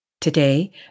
Today